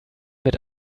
mit